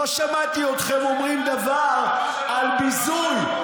לא שמעתי אתכם אומרים דבר על ביזוי,